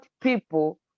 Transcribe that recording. people